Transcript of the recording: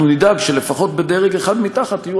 אנחנו נדאג שלפחות בדרג אחד מתחת יהיו